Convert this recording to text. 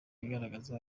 igaragaza